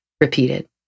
repeated